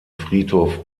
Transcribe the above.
friedhof